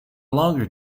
longer